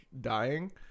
dying